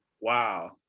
Wow